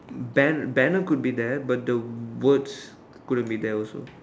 ban banner could be there but the words could have been there also